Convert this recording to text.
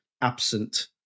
absent